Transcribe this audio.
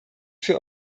für